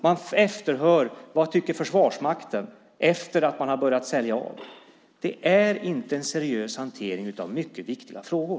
Man efterhör vad Försvarsmakten tycker efter att man har börjat sälja av. Det är inte en seriös hantering av mycket viktiga frågor.